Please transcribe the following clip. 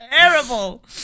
terrible